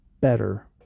better